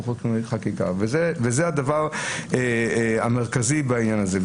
עושים חקיקה וזה הדבר המרכזי בעניין הזה.